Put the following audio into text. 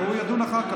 הוא ידון אחר כך.